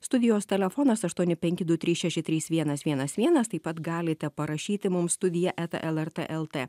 studijos telefonas aštuoni penki du trys šeši trys vienas vienas vienas taip pat galite parašyti mums studija eta lrt lt